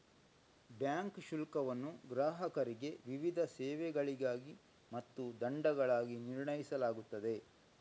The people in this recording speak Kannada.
ಬ್ಯಾಂಕ್ ಶುಲ್ಕವನ್ನು ಗ್ರಾಹಕರಿಗೆ ವಿವಿಧ ಸೇವೆಗಳಿಗಾಗಿ ಮತ್ತು ದಂಡಗಳಾಗಿ ನಿರ್ಣಯಿಸಲಾಗುತ್ತದೆ